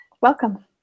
Welcome